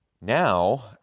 now